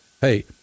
Hey